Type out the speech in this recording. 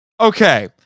Okay